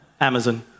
Amazon